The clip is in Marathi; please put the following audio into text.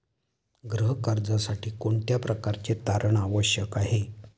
गृह कर्जासाठी कोणत्या प्रकारचे तारण आवश्यक आहे?